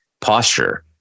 posture